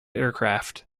aircraft